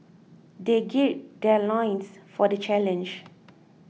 they gird their loins for the challenge